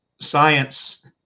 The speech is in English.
science